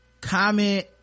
comment